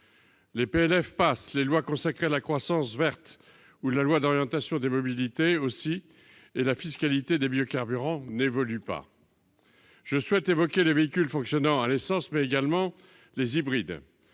finances passent, les lois consacrées à la croissance verte et la loi d'orientation des mobilités aussi, mais la fiscalité des biocarburants n'évolue pas. Je souhaite évoquer les véhicules fonctionnant à l'essence, mais également les hybrides.